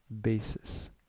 basis